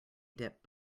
dip